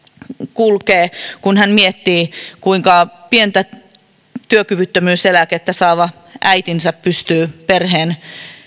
kulkee kun hän miettii kuinka pientä työkyvyttömyyseläkettä saava äiti pystyy perheen